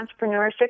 entrepreneurship